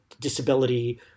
disability